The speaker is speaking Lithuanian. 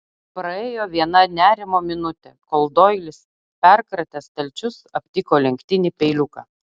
praėjo viena nerimo minutė kol doilis perkratęs stalčius aptiko lenktinį peiliuką